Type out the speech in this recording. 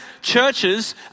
churches